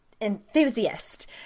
enthusiast